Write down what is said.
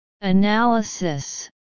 Analysis